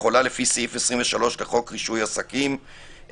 לפי סעיף 23 לחוק רישוי עסקים,